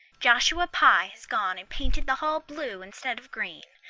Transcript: joshua pye has gone and painted the hall blue instead of green.